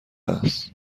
است